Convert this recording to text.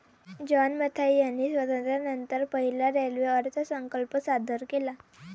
John Mathai यांनी स्वातंत्र्यानंतर पहिला रेल्वे अर्थसंकल्प सादर केला